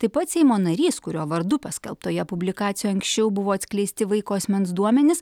taip pat seimo narys kurio vardu paskelbtoje publikacijoje anksčiau buvo atskleisti vaiko asmens duomenys